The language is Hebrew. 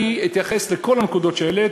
אני אתייחס לכל הנקודות שהעלית,